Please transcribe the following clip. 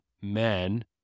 men